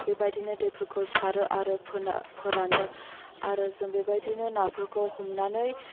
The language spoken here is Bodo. बेबायदिनो दैफोरखौ सारो आरो फोरानो आरो जों बेबायदिनो नाफोरखौ हमनानै